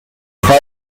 fire